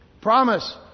Promise